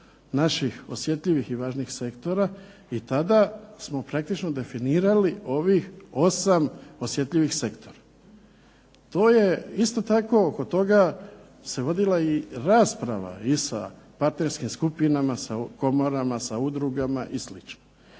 naših osjetljivih i važnih sektora i tada smo praktično definirali ovih 8 osjetljivih sektora. To je isto tako oko toga se vodila i rasprava i sa partnerskim skupinama, sa komorama, sa udrugama i